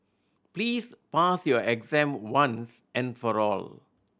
please pass your exam once and for all